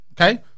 Okay